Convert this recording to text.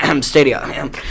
Stadia